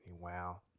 Wow